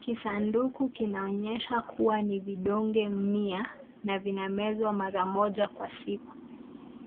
Kisanduku kinaonyesha kuwa ni vidonge Mia na vina mezwa mara moja kwa siku.